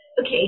Okay